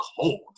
cold